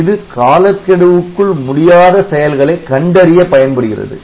இது காலக்கெடுவுக்குள் முடியாத செயல்களை கண்டறிய பயன்படுகிறது